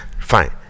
Fine